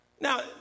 Now